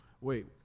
Wait